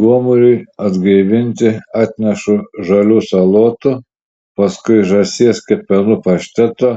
gomuriui atgaivinti atnešu žalių salotų paskui žąsies kepenų pašteto